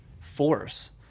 force